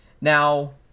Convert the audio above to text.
Now